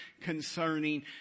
concerning